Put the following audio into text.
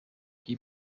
guy